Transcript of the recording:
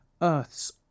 earth's